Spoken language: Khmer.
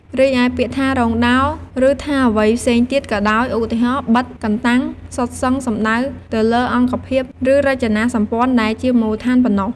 រីឯ ពាក្យថារោងដោល ឬថាអ្វីផ្សេងទៀតក៏ដោយ ឧទាហរណ៍ ប៉ិត, កន្តាំង... សុទ្ធសឹង សំដៅទៅលើអង្គភាពឬរចនាសម្ព័ន្ធដែលជាមូលដ្ឋានប៉ុណ្ណោះ។